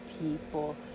people